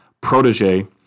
protege